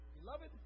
beloved